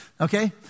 okay